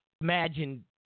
Imagine